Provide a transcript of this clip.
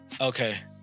Okay